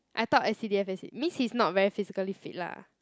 I thought s_c_d_f as in means he's not very physically fit lah